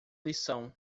lição